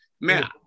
man